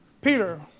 Peter